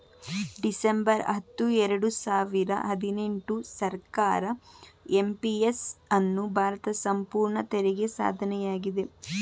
December ಹತ್ತು ಎರಡು ಸಾವಿರ ಹದಿನೆಂಟು ಸರ್ಕಾರ ಎಂ.ಪಿ.ಎಸ್ ಅನ್ನು ಭಾರತ ಸಂಪೂರ್ಣ ತೆರಿಗೆ ಸಾಧನೆಯಾಗಿದೆ